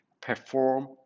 perform